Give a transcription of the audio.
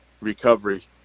recovery